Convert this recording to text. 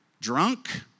drunk